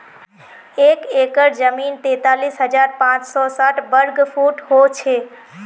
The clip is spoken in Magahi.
एक एकड़ जमीन तैंतालीस हजार पांच सौ साठ वर्ग फुट हो छे